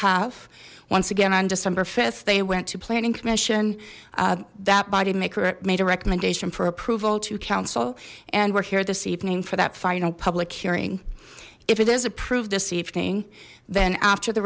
have once again on december th they went to planning commission that body maker made a recommendation for approval to council and we're here this evening for that final public hearing if it is approved this evening then after the